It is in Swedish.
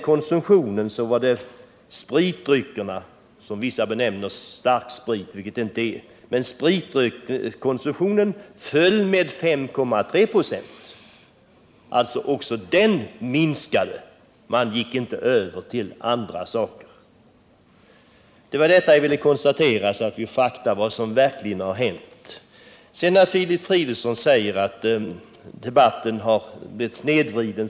Konsumtionen av spritdrycker — som vissa benämner starksprit, vilket det inte är — föll med 5,3 96. Även den minskade alltså. Man gick inte över till andra saker. Jag vill nämna detta för att få noterat vad som verkligen har hänt. Filip Fridolfsson har så rätt när han säger att debatten har blivit snedvriden.